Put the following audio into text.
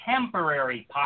temporary